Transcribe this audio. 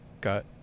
got